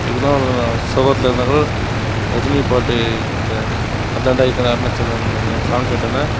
எதுனா ஒரு சோகத்தில் இருந்தால் கூட ரஜினி பாட்டு அந்த அதான்டா இதான்டா அருணாச்சலம் அந்த சாங் கேட்டேன்னால்